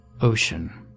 ocean